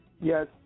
Yes